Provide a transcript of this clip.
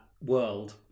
world